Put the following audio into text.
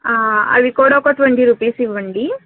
అవి కూడా ఒక ట్వంటీ రూపీస్ ఇవ్వండి